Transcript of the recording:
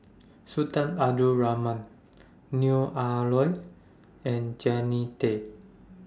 Sultan Abdul Rahman Neo Ah Luan and Jannie Tay